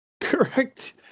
correct